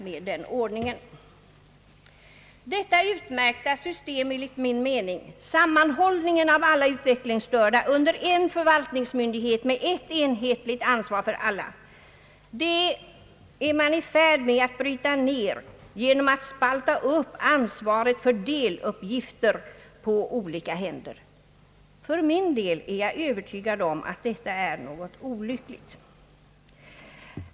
Detta enligt min mening utmärkta system — sammanhållningen av alla utvecklingsstörda under en förvaltningsmyndighet med ett enhetligt ansvar för alla — är man i färd att bryta ned genom att spalta upp ansvaret för deluppgifter på olika händer, För min del är jag övertygad om att detta är olyckligt.